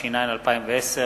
התש"ע 2010,